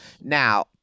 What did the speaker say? Now